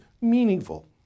meaningful